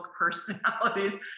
personalities